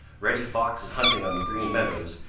reddy fox is hunting on the green meadows,